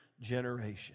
generation